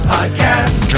Podcast